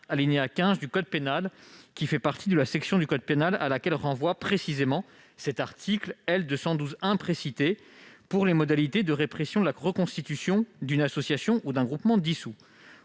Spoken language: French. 431-15 du code pénal, qui fait partie de la section du code pénal à laquelle renvoie précisément l'article L. 212-1 précité pour les modalités de répression de la reconstitution d'une association ou d'un groupement dissous.